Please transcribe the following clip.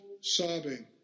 sobbing